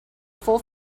full